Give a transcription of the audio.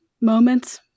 moments